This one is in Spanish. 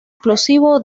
explosivo